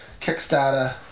kickstarter